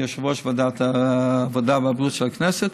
יושב-ראש ועדת העבודה והבריאות של הכנסת,